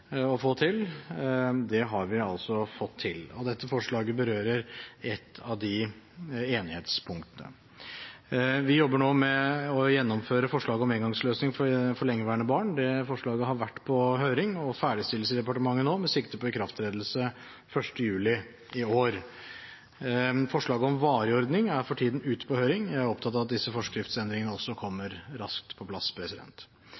å få til. Vi har altså fått det til, og dette forslaget berører et av de enighetspunktene. Vi jobber nå med å gjennomføre forslaget om engangsløsning for lengeværende barn. Forslaget har vært på høring og er til ferdigstillelse i departementet nå, med sikte på ikrafttredelse 1. juli i år. Forslaget om varig ordning er for tiden ute på høring. Jeg er opptatt av at disse forskriftsendringene også